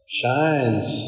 shines